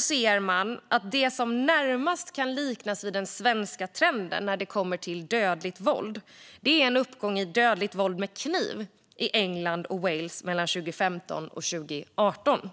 ser man att det som närmast kan liknas vid den svenska trenden när det kommer till dödligt våld är en uppgång i dödligt våld med kniv i England och Wales mellan 2015 och 2018.